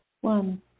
One